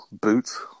boots